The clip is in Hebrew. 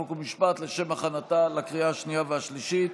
חוק ומשפט לשם הכנתה לקריאה השנייה והשלישית.